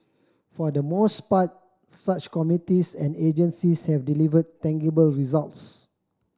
for the most part such committees and agencies have delivered tangible results